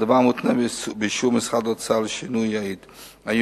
הדבר מותנה באישור משרד האוצר לשינוי הייעוד.